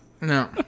No